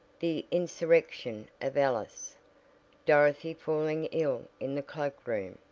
the insurrection of alice dorothy falling ill in the cloak room,